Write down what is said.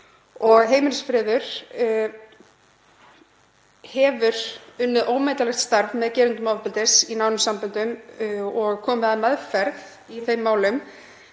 Heimilisfriður hefur unnið ómetanlegt starf með gerendum ofbeldis í nánum samböndum og komið að meðferð í þeim málum.